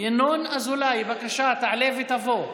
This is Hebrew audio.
ינון אזולאי, בבקשה, יעלה ויבוא,